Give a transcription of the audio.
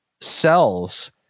cells